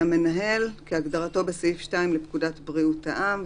"המנהל" כהגדרתו בסעיף 2 לפקודת בריאות העם,